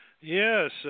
Yes